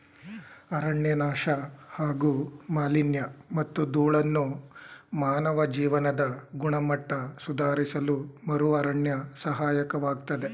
ಅರಣ್ಯನಾಶ ಹಾಗೂ ಮಾಲಿನ್ಯಮತ್ತು ಧೂಳನ್ನು ಮಾನವ ಜೀವನದ ಗುಣಮಟ್ಟ ಸುಧಾರಿಸಲುಮರುಅರಣ್ಯ ಸಹಾಯಕವಾಗ್ತದೆ